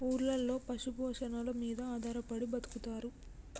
ఊర్లలో పశు పోషణల మీద ఆధారపడి బతుకుతారు